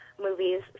movies